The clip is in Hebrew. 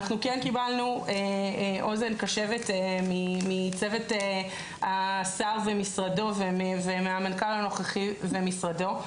אנחנו כן קיבלנו אוזן קשבת מצוות השר ומשרדו ומהמנכ"ל הנוכחי ומשרדו,